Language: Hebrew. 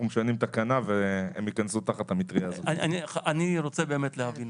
אנחנו מתקנים תקנה --- אני רוצה להבין